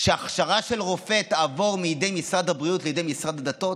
שהכשרה של רופא תעבור מידי משרד הבריאות לידי משרד הדתות?